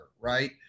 right